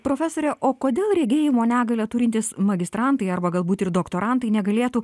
profesore o kodėl regėjimo negalią turintys magistrantai arba galbūt ir doktorantai negalėtų